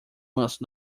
must